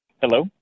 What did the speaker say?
Hello